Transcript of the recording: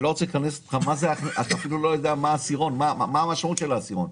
אתה אפילו לא יודע מה המשמעות של העשירון.